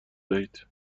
دهید